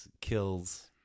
kills